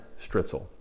Stritzel